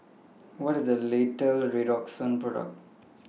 What IS The Late Redoxon Product